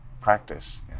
practice